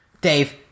Dave